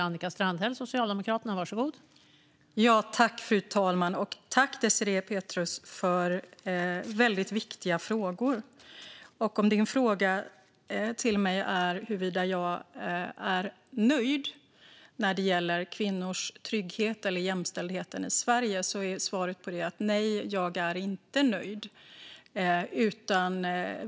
Fru talman! Jag tackar Désirée Pethrus för viktiga frågor. Désirée Pethrus frågar mig huruvida jag är nöjd när det gäller kvinnors trygghet och jämställdheten i Sverige. Mitt svar är att jag inte är nöjd.